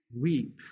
weep